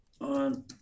on